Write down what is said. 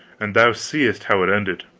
and thou seest how it ended.